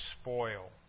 spoil